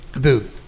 Dude